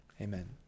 amen